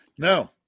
No